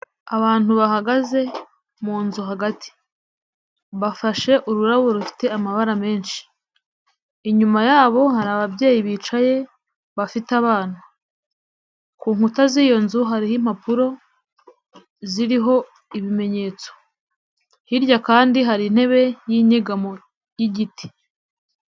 Abantu bahagaze mu nzu hagati, bafashe ururabo rufite amabara menshi, inyuma yabo hari ababyeyi bicaye bafite abana, ku nkuta z'iyo nzu hariho impapuro ziriho ibimenyetso, hirya kandi hari intebe y'inyegamo y'igiti.